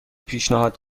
پیشنهاد